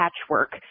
patchwork